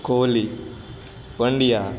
Kohli Pandya